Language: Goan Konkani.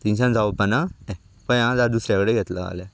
तिनशान जावपाना हें पळय आ जाल्या दुसरें कडेन घेतलो जाल्यार